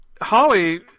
Holly